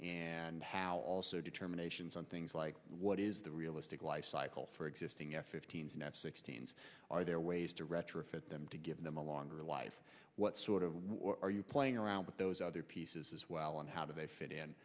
and how also determinations on things like what is the realistic life cycle for existing f if teens are not sixteen's are there ways to retrofit them to give them a longer life what sort of are you playing around with those other pieces as well and how do they fit in